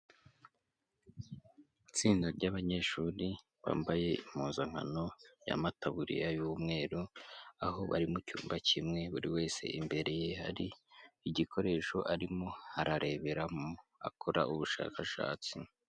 Itsinda ry'abanyeshuri bambaye impuzankano y'amataburiya y'umweru aho bari mu cyumba kimwe buri wese imbere ye hari igikoresho arimo arareberamo akora ubushakashatsi.